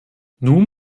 nun